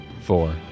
four